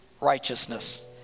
righteousness